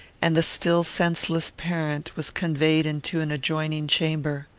and the still senseless parent was conveyed into an adjoining chamber.